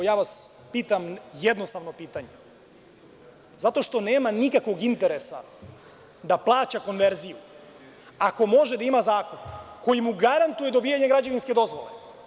Ja vas pitam jednostavno pitanje – zato što nema nikakvog interesa da plaća konverziju ako može da ima zakup koji mu garantuje dobijanje građevinske dozvole.